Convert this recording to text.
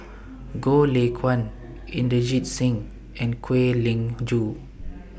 Goh Lay Kuan Inderjit Singh and Kwek Leng Joo